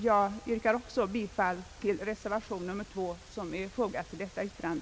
Jag yrkar bifall till reservation nr 2, som är fogad till detta betänkande.